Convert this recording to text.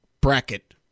bracket